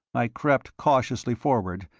i crept cautiously forward,